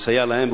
הוא מסייע להם,